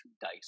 dice